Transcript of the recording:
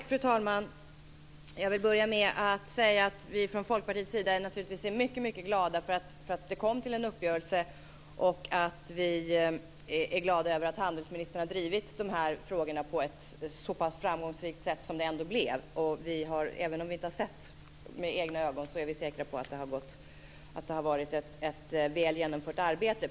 Fru talman! Jag vill börja med att säga att vi från Folkpartiets sida naturligtvis är mycket glada för att det kom till en uppgörelse. Vi är också glada över att handelsministern har drivit de här frågorna på ett så pass framgångsrikt sätt som det ändå blev. Även om vi inte har sett det med egna ögon är vi säkra på att det har varit ett väl genomfört arbete.